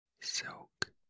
silk